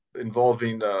involving